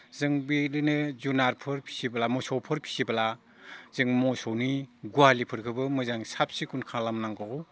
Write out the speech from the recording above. जों बेबायदिनो जुनारफोर फिसिब्ला मोसौफोर फिसिब्ला जों मोसौनि गहालिफोरखोबो मोजां साब सिखोन खालामनांगौ